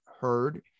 heard